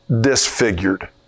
disfigured